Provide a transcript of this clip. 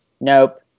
nope